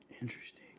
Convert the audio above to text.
Interesting